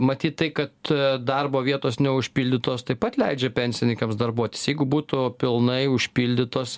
matyt tai kad darbo vietos neužpildytos taip pat leidžia pensininkams darbuotis jeigu būtų pilnai užpildytos